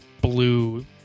blue